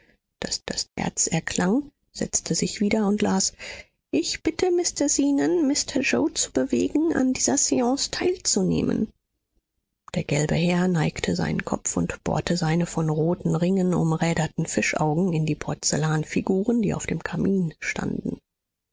daß das erz erklang setzte sich wieder und las ich bitte mr zenon mr yoe zu bewegen an dieser seance teilzunehmen der gelbe herr neigte seinen kopf und bohrte seine von roten ringen umränderten fischaugen in die porzellanfiguren die auf dem kamin standen